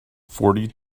forty